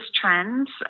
trends